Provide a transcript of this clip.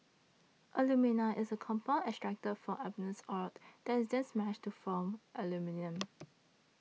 alumina is a compound extracted from bauxite ore that is then smelted to form aluminium